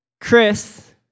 Chris